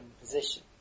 position